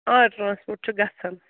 آ ٹرانسپوٹ چھُ گژھان